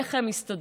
איך הם הסתדרו?